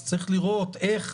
אז צריך לראות איך